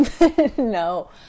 No